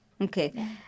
Okay